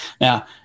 Now